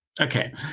okay